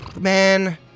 man